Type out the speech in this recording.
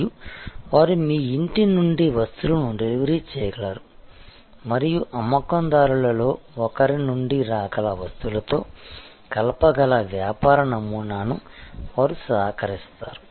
మరియు వారు మీ ఇంటి నుండి వస్తువులను డెలివరీ చేయగలరు మరియు అమ్మకందారులలో ఒకరి నుండి రాగల వస్తువులతో కలపగల వ్యాపార నమూనాను వారు సహకరిస్తారు